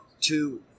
two